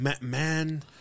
man